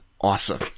awesome